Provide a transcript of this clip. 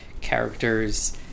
characters